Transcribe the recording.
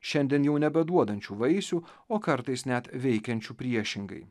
šiandien jau nebeduodančių vaisių o kartais net veikiančių priešingai